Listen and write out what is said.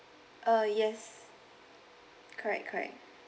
uh yes correct correct